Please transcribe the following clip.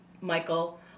Michael